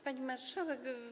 Pani Marszałek!